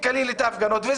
ההפגנות.